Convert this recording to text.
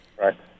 Right